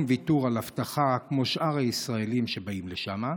ויתור על אבטחה כמו שאר הישראלים שבאים לשם?